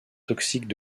toxiques